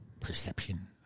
perception